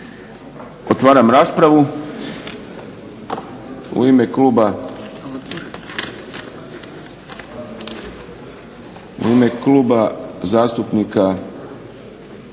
Otvaram raspravu. U ime Kluba zastupnika